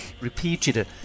repeated